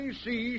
see